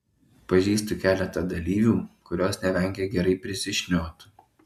pažįstu keletą dalyvių kurios nevengia gerai prisišniot